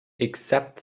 except